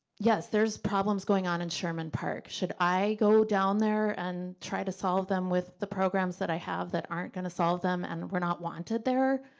yes, there's problems going on in sherman park. should i go down there and try to solve them with the programs that i have that aren't gonna solve them and we're not wanted there?